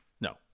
no